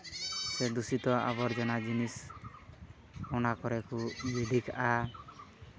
ᱥᱮ ᱫᱩᱥᱤᱛᱚ ᱟᱵᱚᱨᱡᱚᱱᱟ ᱡᱤᱱᱤᱥ ᱚᱱᱟ ᱠᱚᱨᱮ ᱠᱚ ᱜᱤᱰᱤ ᱠᱟᱜᱼᱟ